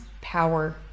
power